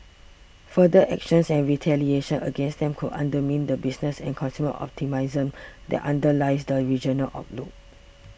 further actions and retaliation against them could undermine the business and consumer optimism that underlies the regional outlook